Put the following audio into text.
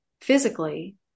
physically